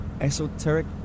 Esoteric